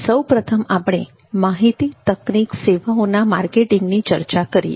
સૌ પ્રથમ આપણે માહિતી તકનીક સેવાઓના માર્કેટિંગની ચર્ચા કરીએ